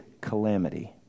calamity